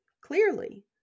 clearly